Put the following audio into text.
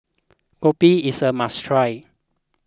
Kopi is a must try